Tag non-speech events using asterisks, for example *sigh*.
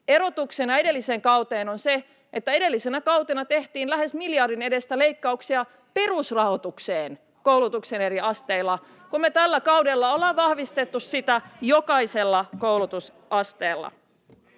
Erotuksena edelliseen kauteen on se, että edellisenä kautena tehtiin lähes miljardin edestä leikkauksia perusrahoitukseen koulutuksen eri asteilla, *noise* kun me tällä kaudella ollaan vahvistettu sitä jokaisella koulutusasteella.